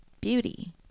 beauty